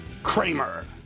Kramer